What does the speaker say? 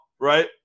right